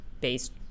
based